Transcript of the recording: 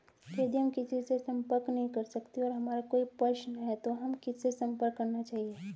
यदि हम किसी से संपर्क नहीं कर सकते हैं और हमारा कोई प्रश्न है तो हमें किससे संपर्क करना चाहिए?